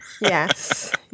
Yes